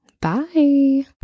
Bye